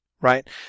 right